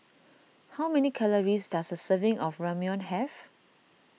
how many calories does a serving of Ramyeon have